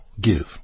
give